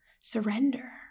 Surrender